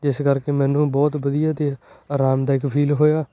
ਜਿਸ ਕਰਕੇ ਮੈਨੂੰ ਬਹੁਤ ਵਧੀਆ ਅਤੇ ਆਰਾਮਦਾਇਕ ਫੀਲ ਹੋਇਆ